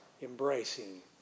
embracing